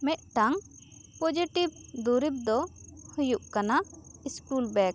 ᱢᱤᱫᱴᱟᱝ ᱯᱚᱡᱤᱴᱤᱵᱽ ᱫᱩᱨᱤᱵᱽ ᱫᱚ ᱦᱩᱭᱩᱜ ᱠᱟᱱᱟ ᱤᱥᱠᱩᱞ ᱵᱮᱜᱽ